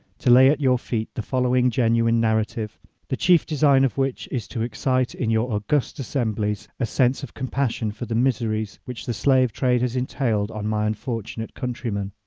to lay at your feet the following genuine narrative the chief design of which is to excite in your august assemblies a sense of compassion for the miseries which the slave-trade has entailed on my unfortunate countrymen.